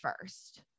first